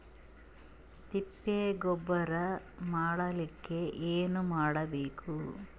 ತಿಪ್ಪೆ ಗೊಬ್ಬರ ಮಾಡಲಿಕ ಏನ್ ಮಾಡಬೇಕು?